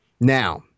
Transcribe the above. Now